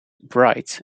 bright